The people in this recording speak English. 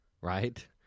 right